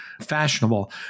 fashionable